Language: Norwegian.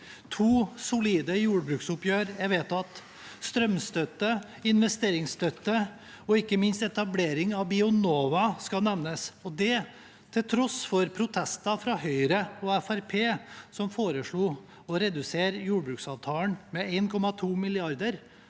To solide jordbruksoppgjør er vedtatt. Strømstøtte, investeringsstøtte og ikke minst etablering av Bionova skal nevnes – og det til tross for protester fra Høyre og Fremskrittspartiet, som foreslo å redusere jordbruksavtalen med 1,2 mrd.